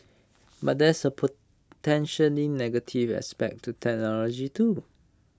but there's the potentially negative aspect to technology too